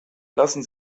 lassen